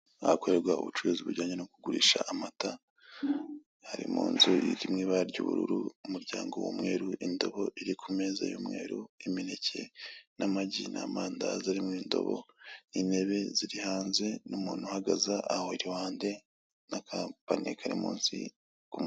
Ahakorerwa ubucuruzi bujyanye no kugurisha amata, ari mu nzu iri mu ibara ry'ubururu, umuryango w'umweru, indobo iri ku meza y'umweru, imineke n'amagi n'amandazi ari mu ndobo, intebe ziri hanze, n'umuntu uhagaze aho iruhande, n'aga paniye kari munsi.